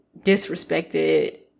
disrespected